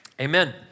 amen